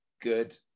good